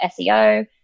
SEO